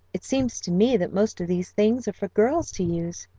it seems to me that most of these things are for girls to use.